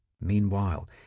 Meanwhile